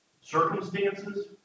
Circumstances